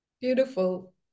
Beautiful